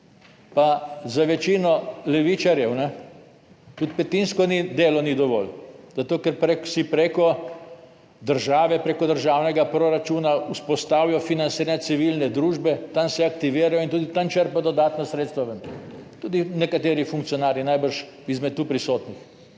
Pa za večino levičarjev tudi petinsko delo ni dovolj, zato ker si preko države, preko državnega proračuna vzpostavijo financiranje civilne družbe, tam se aktivirajo in tudi tam črpajo dodatna sredstva ven tudi nekateri funkcionarji, najbrž izmed tu prisotnih,